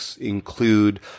include